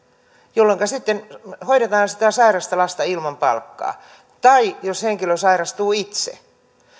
jolloinka sitten hoidetaan sitä sairasta lasta ilman palkkaa tai jos henkilö sairastuu itse